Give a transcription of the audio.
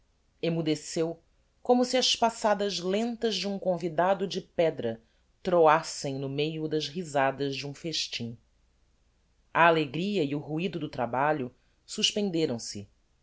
emmudeceu como se as passadas lentas de um convidado de pedra troassem no meio das risadas de um festim a alegria e o ruido do trabalho suspenderam se os